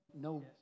no